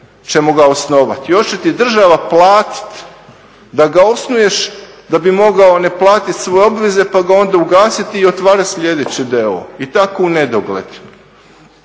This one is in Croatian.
ćemo ga osnovati. Još će ti država platiti da ga osnuješ da bi mogao ne platiti svoje obveze pa ga onda ugasiti i otvarati sljedeći d.o.o. I tako unedogled.